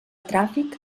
tràfic